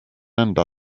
enda